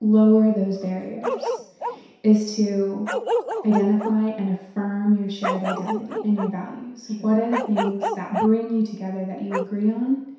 lower those barriers is to identify and affirm your shared identity and your values sure what are the things that bring you together, that you agree on?